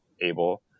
able